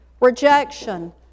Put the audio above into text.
rejection